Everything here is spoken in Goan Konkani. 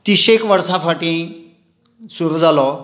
तिशेक वर्सां फाटीं सुरू जालो